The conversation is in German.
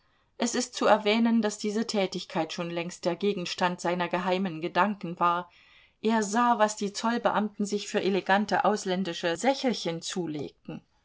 es ist zu erwähnen daß diese tätigkeit schon längst der gegenstand seiner geheimen gedanken war er sah was die zollbeamten sich für elegante ausländische sächelchen zulegten